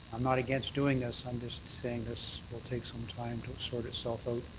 i'm not against doing this. i'm just saying this will take some time to sort itself out.